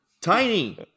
tiny